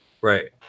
Right